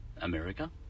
America